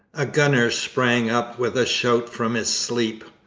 a gunner sprang up with a shout from his sleep.